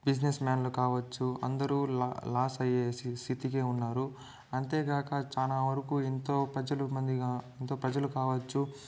business మ్యాన్లు కావచ్చు అందరూ లా లాస్ అయ్యే స్థితికే ఉన్నారు అంతేకాక చాలావరకు ఎంతో ప్రజలు మందిగా ఎంతో ప్రజలు కావచ్చు